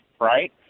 right